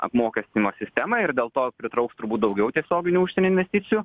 apmokestinimo sistemą ir dėl to pritrauks turbūt daugiau tiesioginių užsienio investicijų